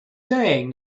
saying